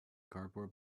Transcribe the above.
cardboard